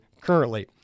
currently